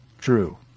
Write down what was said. true